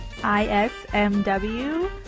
ISMW